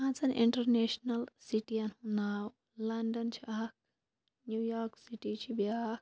پانٛژَن اِنٹَرنیشنَل سِٹیَن ہُنٛد ناو لَنڈَن چھِ اَکھ نِو یارک سِٹی چھِ بیٛاکھ